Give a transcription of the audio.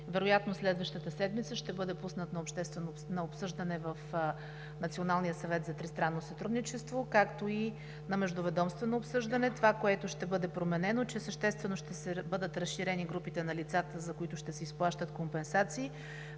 вероятно следващата седмица ще бъде пуснат на обсъждане в Националния съвет за тристранно сътрудничество, както и на междуведомствено обсъждане. Това, което ще бъде променено, е, че съществено ще бъдат разширени групите на лицата, на които ще се изплащат компенсации.